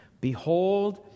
Behold